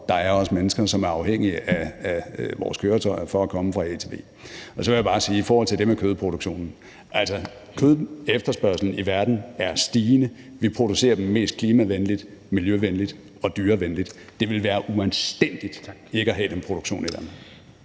at der også er mennesker, som er afhængige af deres køretøjer for at komme til A til B. Så vil jeg bare sige i forhold til det med kødproduktionen, at kødefterspørgslen i verden er stigende. Vi producerer det mest klimavenligt, miljøvenligt og dyrevenligt. Det ville være uanstændigt ikke at have den produktion i landet.